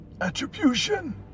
Attribution